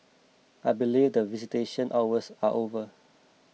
I believe that visitation hours are over